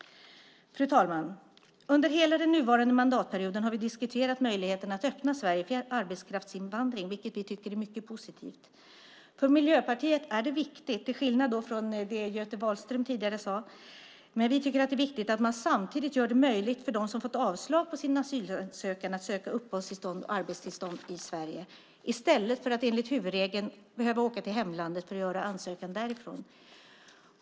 Fru talman! Under hela den nuvarande mandatperioden har vi diskuterat möjligheten att öppna Sverige för arbetskraftsinvandring, vilket vi tycker är mycket positivt. För Miljöpartiet är det viktigt, till skillnad från det Göte Wahlström tidigare sade, att man samtidigt gör det möjligt för dem som har fått avslag på sin asylansökan att söka uppehållstillstånd och arbetstillstånd i Sverige i stället för att enligt huvudregeln behöva åka till hemlandet för att göra ansökan därifrån.